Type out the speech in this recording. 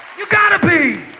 you gotta be